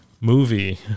movie